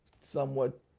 somewhat